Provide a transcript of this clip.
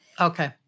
Okay